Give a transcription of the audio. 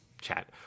chat